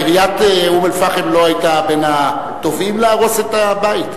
עיריית אום-אל-פחם לא היתה בין התובעים להרוס את הבית?